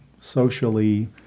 socially